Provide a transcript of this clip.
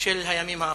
של הימים האחרונים.